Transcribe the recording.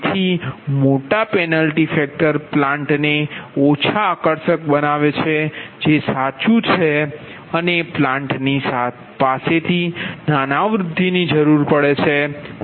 તેથી મોટા penalty factor plant ને ઓછા આકર્ષક બનાવે છે જે સાચું છે અને પ્લાન્ટ ની પાસેથી નાના વૃદ્ધિની જરૂર પડે છે